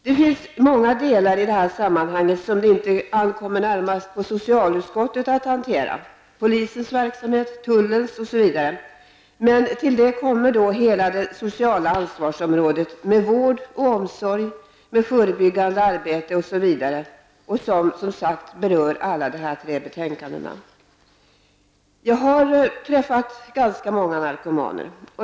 Det finns så många delar i det här sammanhanget som det inte ankommer närmast på socialutskottet att hantera, som polisens verksamhet, tullens osv. Men till det kommer hela det sociala ansvarsområdet med vård och omsorg, med förebyggande arbete osv., som berör alla dessa tre betänkanden. Jag har träffat ganska många narkomaner.